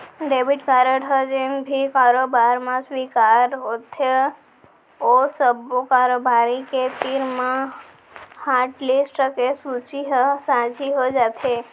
debit card ह जेन भी कारोबार म स्वीकार होथे ओ सब्बो कारोबारी के तीर म हाटलिस्ट के सूची ह साझी हो जाथे